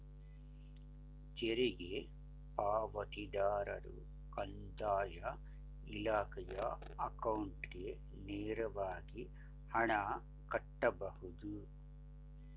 ತೆರಿಗೆ ಪಾವತಿದಾರರು ಕಂದಾಯ ಇಲಾಖೆಯ ಅಕೌಂಟ್ಗೆ ನೇರವಾಗಿ ಹಣ ಕಟ್ಟಬಹುದು